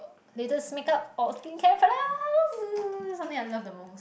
latest makeup or skincare product um something I love the most